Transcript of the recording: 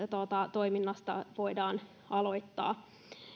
toiminnasta voidaan aloittaa